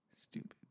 stupid